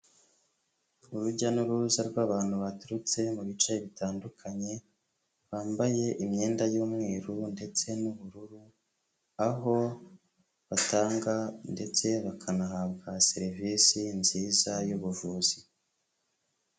Urujya n'uruza rw'abantu baturutse mu bice bitandukanye bambaye imyenda y'umweru ndetse n'ubururu aho batanga ndetse bakanahabwa serivisi nziza y'ubuvuzi.